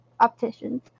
opticians